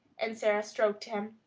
and sara stroked him.